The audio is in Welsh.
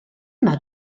yma